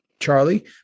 Charlie